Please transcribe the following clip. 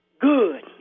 Good